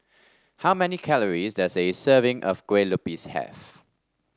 how many calories does a serving of Kue Lupis have